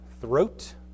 throat